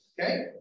Okay